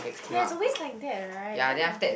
ya it's always like that right then the